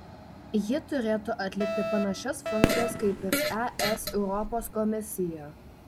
ji turėtų atlikti panašias funkcijas kaip ir es europos komisija